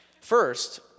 First